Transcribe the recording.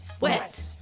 wet